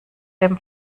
dem